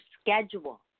schedule